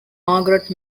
margaret